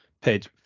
paid